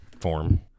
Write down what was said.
form